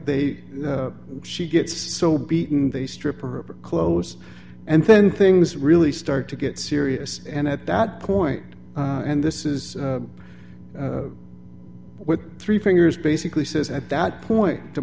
they she gets so beaten they strip her clothes and then things really start to get serious and at that point and this is what three fingers basically says at that point t